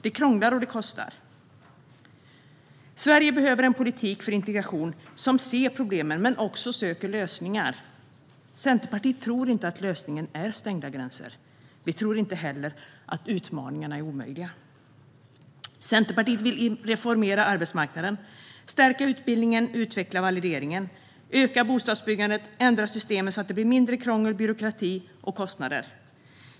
Det krånglar, och det kostar. Sverige behöver en politik för integration som ser problem men som också söker lösningar. Centerpartiet tror inte att lösningen är stängda gränser. Vi tror inte heller att utmaningarna är omöjliga. Centerpartiet vill reformera arbetsmarknaden, stärka utbildningen, utveckla valideringen, öka bostadsbyggandet och ändra systemen så att det blir mindre krångel, byråkrati och kostnader.